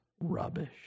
rubbish